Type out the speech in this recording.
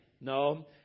No